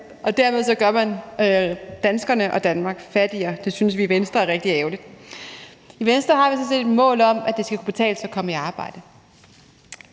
kr. Dermed gør man danskerne og Danmark fattigere. Det synes vi i Venstre er rigtig ærgerligt. I Venstre har vi sådan set et mål om, at det skal kunne betale sig at komme i arbejde.